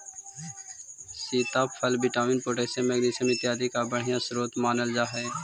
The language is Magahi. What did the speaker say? सीताफल विटामिन, पोटैशियम, मैग्निशियम इत्यादि का बढ़िया स्रोत मानल जा हई